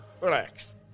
Relax